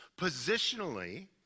Positionally